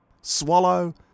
swallow